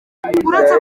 uretse